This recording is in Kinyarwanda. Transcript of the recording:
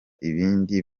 ibindi